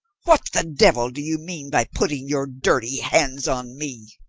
what the devil do you mean by putting your dirty hands on me?